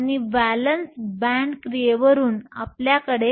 आणि valence band आणि वाहक बॅण्डमध्ये एक अंतर असते या अंतराला ऊर्जा अंतर म्हणतात